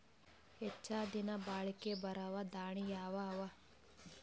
ಹೆಚ್ಚ ದಿನಾ ಬಾಳಿಕೆ ಬರಾವ ದಾಣಿಯಾವ ಅವಾ?